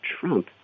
Trump